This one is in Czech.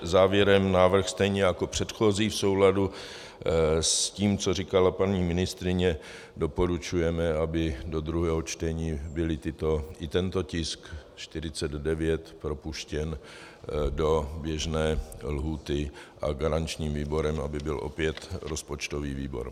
Závěrem návrh stejně jako předchozí v souladu s tím, co říkala paní ministryně, doporučujeme, aby do druhého čtení byl i tento tisk 49 propuštěn do běžné lhůty a garančním výborem, aby byl opět rozpočtový výbor.